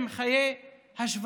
עם חיי השבטים,